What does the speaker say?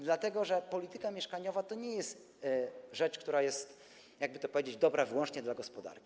Dlatego że polityka mieszkaniowa to nie jest rzecz, która jest, jakby to powiedzieć, dobra wyłącznie dla gospodarki.